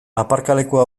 aparkalekua